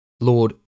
Lord